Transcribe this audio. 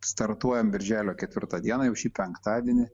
startuojam birželio ketvirtą dieną jau šį penktadienį